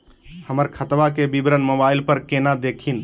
हमर खतवा के विवरण मोबाईल पर केना देखिन?